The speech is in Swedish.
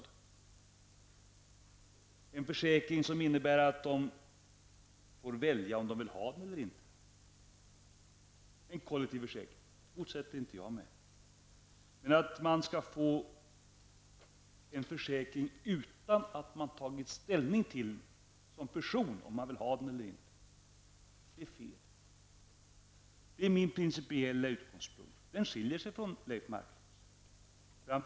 En kollektiv försäkring som är så beskaffad att människor själva får välja och säga ifrån om de vill ha den eller inte motsätter jag mig inte. Men jag tycker att det är fel att påföra någon en försäkring som vederbörande personligen inte har haft möjlighet att ta ställning till. Principiellt är det utgångspunkten för mig, och här är det en skillnad mellan Leif Marklund och mig.